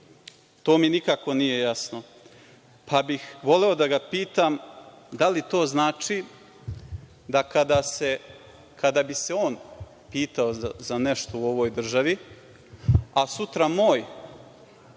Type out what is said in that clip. to mi nikako nije jasno. Voleo bih da ga pitam da li to znači da kada bi se on pitao za nešto u ovoj državi, a sutra moj